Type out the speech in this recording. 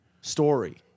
story